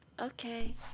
Okay